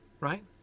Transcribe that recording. Right